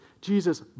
Jesus